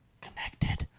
Connected